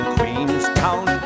Queenstown